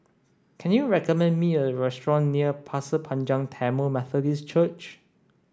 can you recommend me a restaurant near Pasir Panjang Tamil Methodist Church